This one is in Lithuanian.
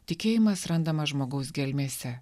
tikėjimas randama žmogaus gelmėse